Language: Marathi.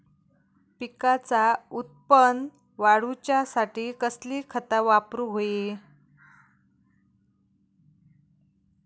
पिकाचा उत्पन वाढवूच्यासाठी कसली खता वापरूक होई?